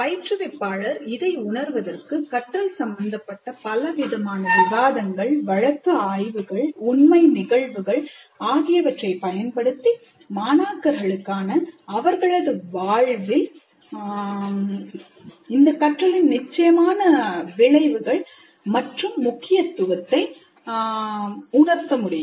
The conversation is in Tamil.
பயிற்றுவிப்பாளர் இதை உணர்வதற்கு கற்றல் சம்பந்தப்பட்ட பலவிதமான விவாதங்கள் வழக்கு ஆய்வுகள் உண்மை நிகழ்வுகள் ஆகியவற்றை பயன்படுத்தி மாணாக்கர்களுக்கு அவர்களது வாழ்வில் இந்த கற்றலின் நிச்சயமான விளைவுகள் மற்றும் முக்கியத்துவத்தை உணர்த்த முடியும்